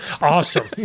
Awesome